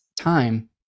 time